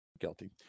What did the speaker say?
guilty